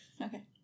okay